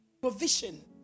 Provision